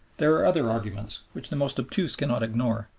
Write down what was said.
there are other arguments, which the most obtuse cannot ignore,